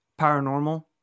paranormal